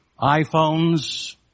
iPhones